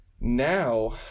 Now